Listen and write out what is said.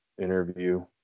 interview